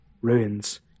ruins